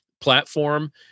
Platform